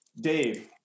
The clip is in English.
Dave